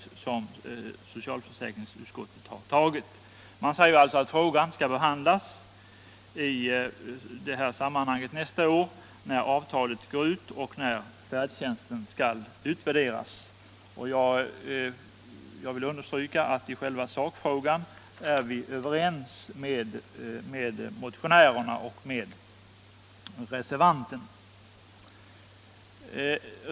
Utskottet säger att frågan skall behandlas när avtalet nästa år går ut. Då skall också färdtjänsten utvärderas. Jag vill understryka att vi i själva sakfrågan är överens med motionärerna och med reservanten.